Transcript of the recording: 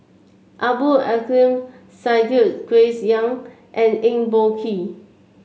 Abdul Aleem Siddique Grace Young and Eng Boh Kee